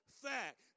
fact